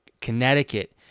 Connecticut